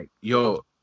Yo